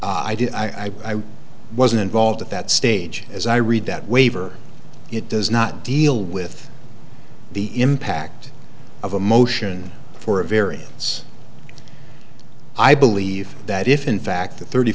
i did i wasn't involved at that stage as i read that waiver it does not deal with the impact of a motion for a variance i believe that if in fact the thirty